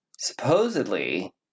Supposedly